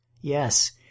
Yes